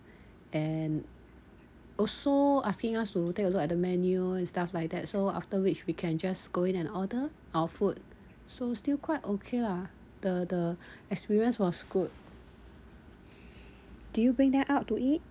and also asking us to take a look at the menu and stuff like that so after which we can just go in and order our food so still quite okay lah the the experience was good do you bring them out to eat